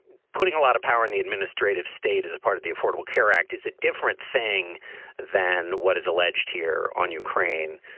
putting a lot of power in the administrative state as a part of the affordable care act is a different thing than what is alleged here on ukraine.